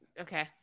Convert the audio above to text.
okay